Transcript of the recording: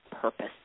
purpose